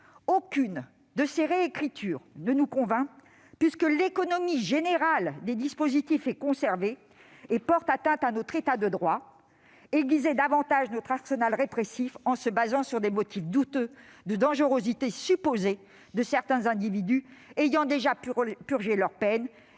Aucune de ces réécritures ne nous convainc, puisque l'économie générale des dispositifs est conservée et porte atteinte à notre État de droit, en cherchant à aiguiser davantage notre arsenal répressif par de douteux motifs visant la dangerosité supposée de certains individus ayant déjà purgé leur peine,